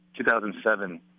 2007